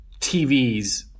TVs